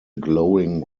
glowing